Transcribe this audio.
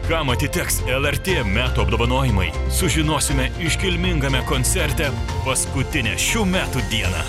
kam atiteks el er tė metų apdovanojimai sužinosime iškilmingame koncerte paskutinę šių metų dieną